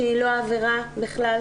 שהיא לא עבירה בכלל,